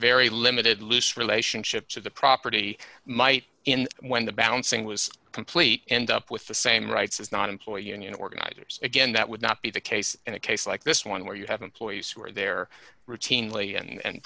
very limited list relationships of the property might in when the bouncing was complete end up with the same rights as not employee union organizers again that would not be the case in a case like this one where you have employees who are there routinely and